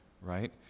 right